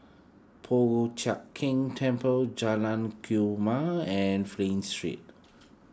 Po Chiak Keng Temple Jalan Kumia and Flint Street